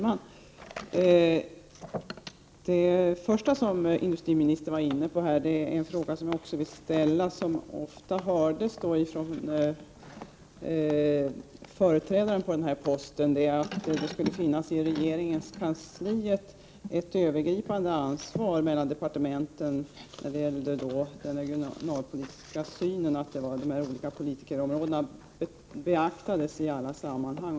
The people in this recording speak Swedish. Fru talman! Det som industriministern först var inne på är någonting som ofta hörts från företrädare till honom, nämligen att det i regeringens kansli skulle finnas ett övergripande ansvar mellan departementen när det gäller den regionalpolitiska synen och att de olika politikerområdena beaktades i olika sammanhang.